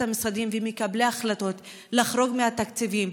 המשרדים ואת מקבלי ההחלטות לחרוג מהתקציבים,